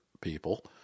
people